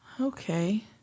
Okay